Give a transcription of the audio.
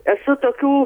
esu tokių